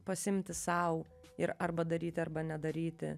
pasiimti sau ir arba daryti arba nedaryti